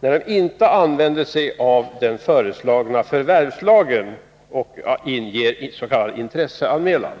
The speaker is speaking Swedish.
när de inte använder sig av den föreslagna förvärvslagen och inger s.k. intresseanmälan.